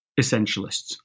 essentialists